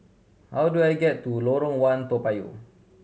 how do I get to Lorong One Toa Payoh